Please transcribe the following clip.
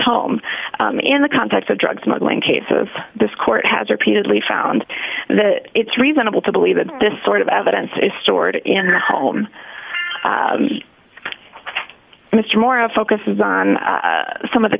home in the context of drug smuggling cases this court has repeatedly found that it's reasonable to believe that this sort of evidence is stored in the home mr moore our focus is on some of the